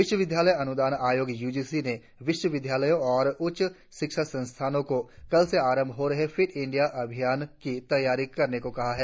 विश्वविद्यालय अनुदान आयोग यू जी सी ने विश्वविद्यालयों और उच्च शिक्षा संस्थानों को कल से आरंभ हो रहे फिट इंडिया अभियान की तैयारियां करने को कहा है